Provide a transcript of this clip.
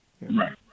Right